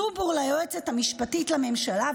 זובור ליועצת המשפטית לממשלה,